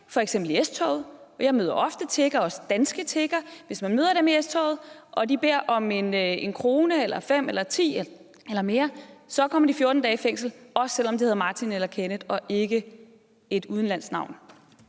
f.eks. S-toget, og jeg møder ofte tiggere, også danske tiggere, og man beder om 1 krone eller 5 eller 10 eller mere, så kommer man 14 dage i fængsel, også selv om man hedder Martin og Kenneth og ikke har et udenlandsk navn.